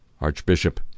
Archbishop